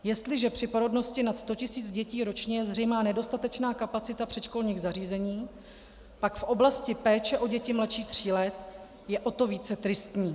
Jestliže při porodnosti nad 100 tisíc dětí ročně je zřejmá nedostatečná kapacita předškolních zařízení, pak v oblasti péče o děti mladší tří let je o to více tristní.